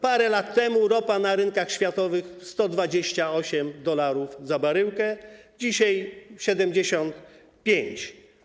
Parę lat temu ropa na rynkach światowych kosztowała 128 dolarów za baryłkę, dzisiaj - 75.